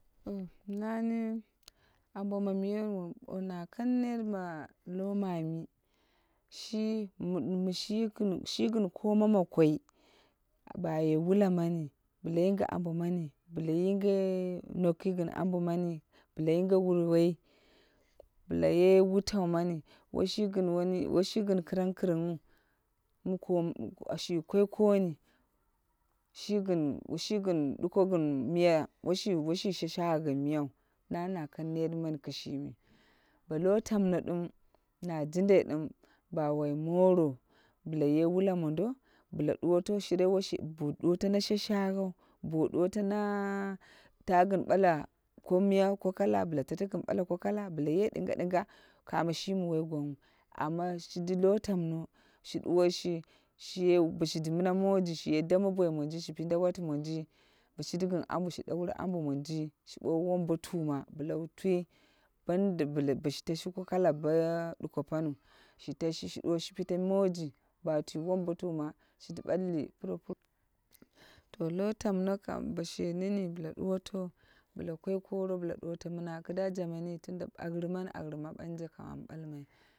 To nani ambo mamiyen, na kang net ma lomami. Shi, mi shi gin koma ma koi. Ba ye wula mani, bla yinge ambo mani, bla yinge noki gin amvo mani bla yinge wurwoi, bla ye wutaumani woshi gin kringkring wu. Shi koi koni. Shi gin, woshi gin duko gin woshi shasha wa gin miyau. Nani na kang net mani kishimi. Bo lo tamno dim, majindai dim ba wai moro, bla ye wala mondo, bla duwoto shire woshe, bo duwoto shire woshe, bo duwoto na shashawau. Bo duwoto naa ta gin ɓala ko miya ko kala bla tato gin ɓala ko kala, bla ye ɗinga ɗinga kamo shimi woi gwangwu. Amma shiji lo tamno shi duwoshi shi ye bo shiyi mina moji shiye dame boi monji shi bowu wombotuma bla wu twu. Banda, bo shi tashi ko kala bo duko paniu, shiyashi shi duwo shi pete moji, ba ywi wombotuma shiji ɓabni puro puro. Yto lo tamno kam bo she nene bla duwoto, bla koi koro bla duwoto mina, kida jaman me aurimani aurima banje kam am ɓalmai.